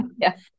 Yes